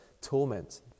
torment